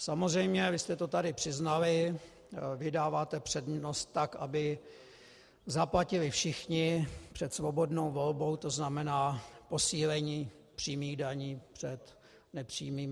Samozřejmě, vy jste to tady přiznali, vy dáváte přednost tak, aby zaplatili všichni, před svobodnou volbou, tzn. posílení přímých daní před nepřímými.